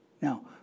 Now